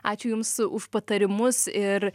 ačiū jums už patarimus ir